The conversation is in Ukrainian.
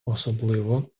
особливо